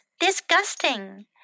Disgusting